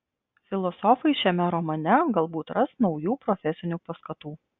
filosofai šiame romane galbūt ras naujų profesinių paskatų